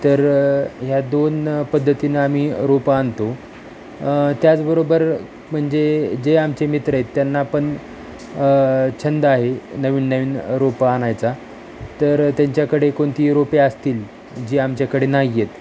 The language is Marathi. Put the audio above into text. तर ह्या दोन पद्धतीनं आम्ही रोपं आणतो त्याचबरोबर म्हणजे जे आमचे मित्र आहेत त्यांना पण छंद आहे नवीन नवीन रोपं आणायचा तर त्यांच्याकडे कोणती रोपे असतील जी आमच्याकडे नाही आहेत